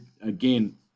again